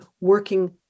working